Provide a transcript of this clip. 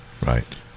Right